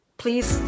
please